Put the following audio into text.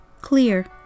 clear